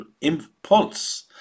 impulse